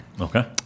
Okay